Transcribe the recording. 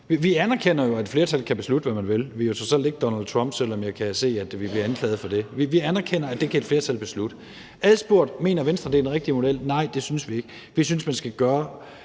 Vi anerkender jo, at et flertal kan beslutte, hvad man vil. Vi er jo trods alt ikke Donald Trump, selv om jeg kan se, at vi bliver anklaget for det. Vi anerkender, at det kan et flertal beslutte. Adspurgt, om Venstre mener, at det er den rigtige model, er svaret: Nej, det synes vi ikke. Vi synes, at man skal gøre